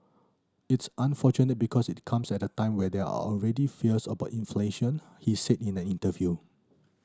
it's unfortunate because it comes at a time when there are already fears about inflation he said in an interview